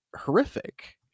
horrific